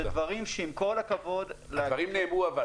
אלה דברים שעם כל הכבוד --- הדברים נאמרו.